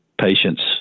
patients